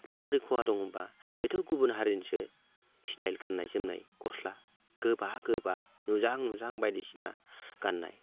माबोरै खहा दं होनबा बेथ' गुबुन हारिनिसो स्टाइल गाननाय जोमनाय गस्ला गोबा गोबा नुजाहां नुजाहां बायदिसिना गाननाय